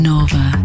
Nova